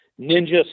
ninja